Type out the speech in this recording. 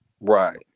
Right